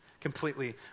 completely